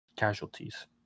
casualties